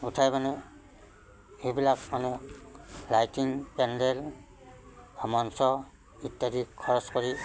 উঠায় মানে সেইবিলাক মানে লাইটিং পেণ্ডেল মঞ্চ ইত্যাদিত খৰচ কৰি